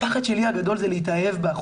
הפחד הגדול שלי זה להתאהב באחותי.